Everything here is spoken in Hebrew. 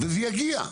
וזה יגיע.